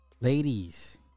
Ladies